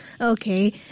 Okay